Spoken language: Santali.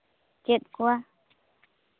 ᱪᱮᱫ ᱠᱚᱣᱟ